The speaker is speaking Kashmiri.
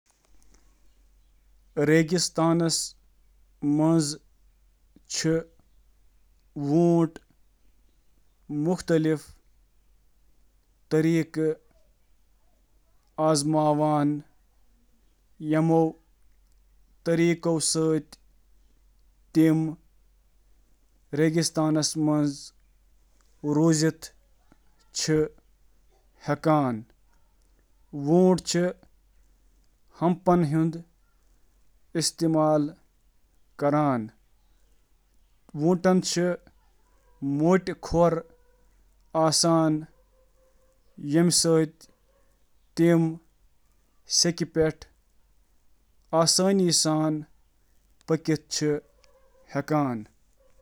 اونٹن چِھ واریاہ موافقت آسان یم تمن ریگستانس منٛز زندٕ روزنس منٛز مدد چِھ کران، بشمول ہمپس، کھۄر، زنگہٕ، فر، أچھ، جسمک درجہ حرارت تہٕ باقی